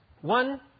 One